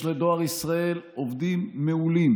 יש לדואר ישראל עובדים מעולים,